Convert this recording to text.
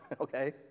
okay